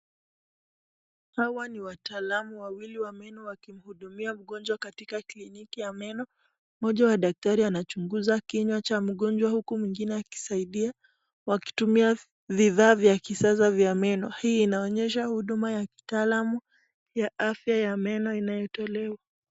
Hawa ni wataalamu wawili wa meno wakimhudumia mgonjwa katika kliniki ya meno. Mmoja wa daktari anachunguza kinyua cha mgonjwa huku mwingine akisaidia, wakitumia vifaa vya kisasa vya meno. Hii inaonyesha huduma ya kitaalamu ya afya ya meno inayotolewa.